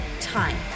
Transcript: time